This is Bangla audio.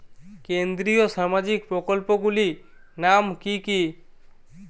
কেন্দ্রীয় সামাজিক প্রকল্পগুলি নাম কি কি?